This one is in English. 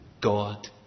God